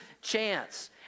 chance